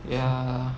ya